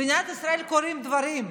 במדינת ישראל קורים דברים: